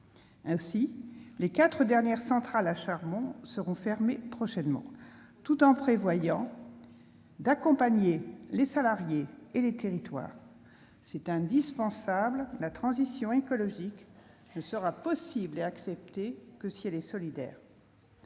2030- les quatre dernières centrales à charbon seront fermées prochainement -, et l'accompagnement des salariés et des territoires est prévu. C'est indispensable : la transition écologique ne sera possible et acceptée que si elle est solidaire.